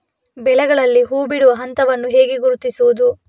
ಬೆಳೆಗಳಲ್ಲಿ ಹೂಬಿಡುವ ಹಂತವನ್ನು ಹೇಗೆ ಗುರುತಿಸುವುದು?